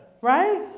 Right